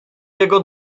jego